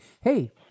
hey